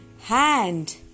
hand